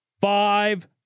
Five